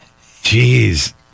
Jeez